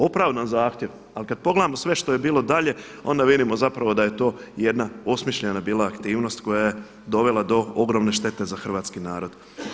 Opravdan zahtjev, ali kad pogledamo sve što je bilo dalje, onda vidimo zapravo da je to jedna osmišljena bila aktivnost koja je dovela do ogromne štete za hrvatski narod.